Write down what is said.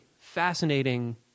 fascinating